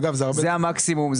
זה המקסימום.